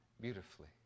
beautifully